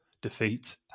defeat